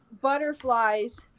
butterflies